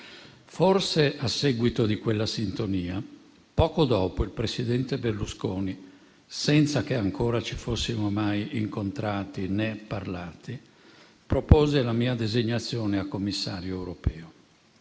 Forse a seguito di quella sintonia, poco dopo il presidente Berlusconi, senza che ancora ci fossimo mai incontrati né parlati, propose la mia designazione a Commissario europeo.